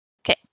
Okay